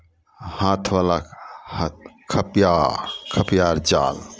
हाथवला हा खपिया खपिया आर चाल